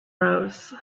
rose